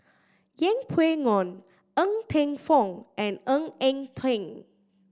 Yeng Pway Ngon Ng Teng Fong and Ng Eng Teng